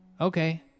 Okay